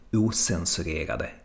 osensurerade